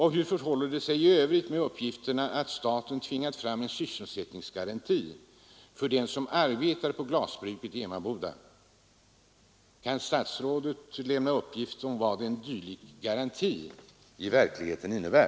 Hur förhåller det sig i övrigt med uppgifterna att staten tvingat fram en sysselsättningsgaranti för dem som arbetar på glasverket i Emmaboda? Kan statsrådet lämna uppgift om vad en dylik garanti i verkligheten innebär?